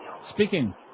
Speaking